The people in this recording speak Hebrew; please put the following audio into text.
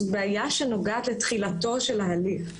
זו בעיה שנוגעת לתחילת ההליך.